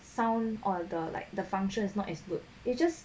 sound or the like the function is not as good it just